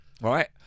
right